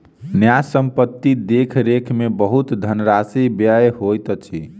न्यास संपत्ति के देख रेख में बहुत धनराशि व्यय होइत अछि